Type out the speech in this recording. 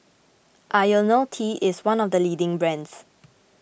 Ionil T is one of the leading brands